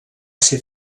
ser